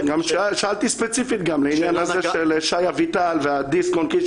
שאלתי ספציפית גם לעניין הזה של שי אביטל והדיסק און קי.